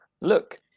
look